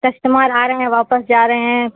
customer आ रहे हैं वापस जा रहे हैं